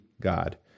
God